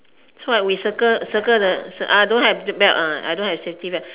so what we circle circle the ah I don't have the belt I don't have safety belt